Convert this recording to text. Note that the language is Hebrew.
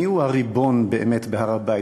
מיהו הריבון באמת בהר-הבית?